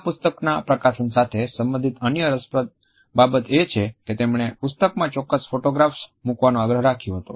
આ પુસ્તકના પ્રકાશન સાથે સંબંધિત અન્ય રસપ્રદ બાબત એ છે કે તેમણે પુસ્તકમાં ચોક્કસ ફોટોગ્રાફ્સ મુકવાનો આગ્રહ રાખ્યો હતો